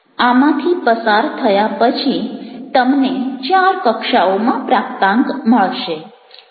આમાંથી પસાર થયા પછી તમને ચાર કક્ષાઓમાં પ્રાપ્તાંક મળશે